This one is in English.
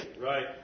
Right